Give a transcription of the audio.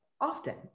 often